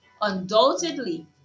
undoubtedly